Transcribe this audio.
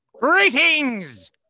Greetings